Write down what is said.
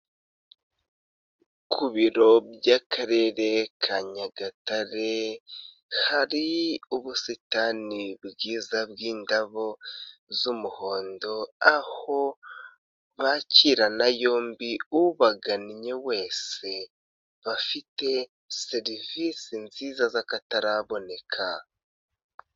Ku biro by'akarere ka Nyagatare hari ubusitani bwiza bw'indabo z'umuhondo, aho bakirana yombi ubaganinye wese, bafite serivisi nziza z'akataraboneka.